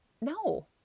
no